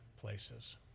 places